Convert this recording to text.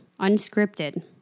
unscripted